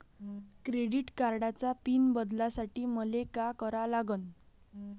Credit कार्डाचा PIN बदलासाठी मले का करा लागन?